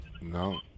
no